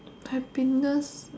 happiness